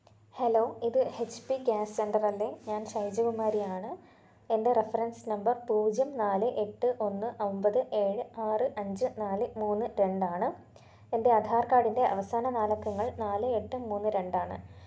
hello ഇത് H P gas സെന്ററല്ലേ ഞാന് ഷൈജകുമാരിയാണ് എന്റെ റെഫറന്സ് നമ്പര് പൂജ്യം നാല് എട്ട് ഒന്ന് ഒമ്പത് ഏഴ് ആറ് അഞ്ച് നാല് മൂന്ന് രണ്ടാണ് എന്റെ ആധാര് കാര്ഡിന്റെ അവസാന നാലക്കങ്ങള് നാല് എട്ട് മൂന്ന് രണ്ടാണ്